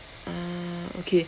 ah okay